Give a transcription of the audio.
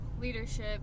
leadership